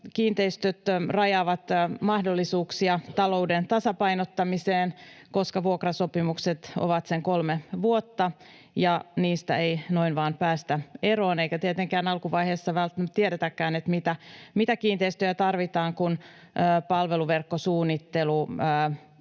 kiinteistöt rajaavat mahdollisuuksia talouden tasapainottamiseen, koska vuokrasopimukset ovat sen kolme vuotta ja niistä ei noin vain päästä eroon, eikä tietenkään alkuvaiheessa välttämättä tiedetäkään, mitä kiinteistöjä tarvitaan, kun palveluverkkosuunnittelu ollaan